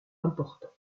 important